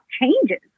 changes